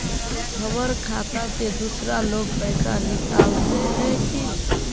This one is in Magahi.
हमर खाता से दूसरा लोग पैसा निकलते है की?